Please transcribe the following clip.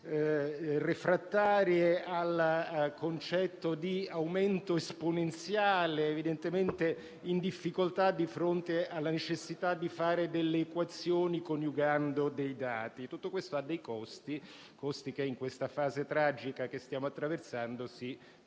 refrattarie al concetto di aumento esponenziale e in difficoltà di fronte alla necessità di fare equazioni coniugando dati. Tutto questo ha dei costi, che in questa fase tragica che stiamo attraversando si contano